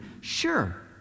Sure